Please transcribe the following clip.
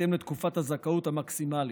בהתאם לתקופת הזכאות המקסימלית.